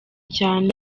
cyane